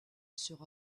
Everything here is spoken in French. sera